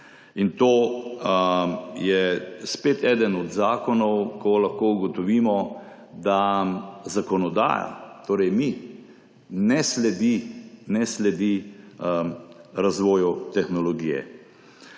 In to je spet eden od zakonov, ko lahko ugotovimo, da zakonodaja, torej mi, ne sledi razvoju tehnologije.